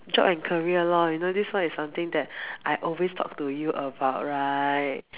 job and career loh you know this one is something that I always talk to you about right